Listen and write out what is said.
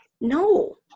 No